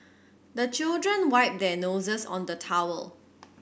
the children wipe their noses on the towel